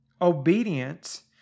Obedience